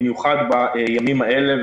במיוחד בימים האלה,